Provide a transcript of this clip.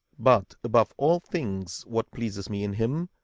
but, above all things, what pleases me in him,